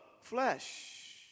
flesh